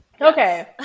okay